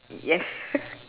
yes